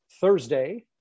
Thursday